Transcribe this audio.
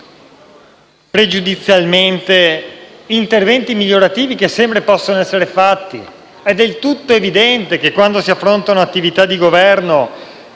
pregiudizialmente interventi migliorativi che possono sempre essere fatti. È del tutto evidente che quando si affrontano attività di Governo,